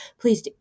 please